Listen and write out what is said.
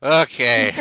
okay